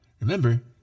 Remember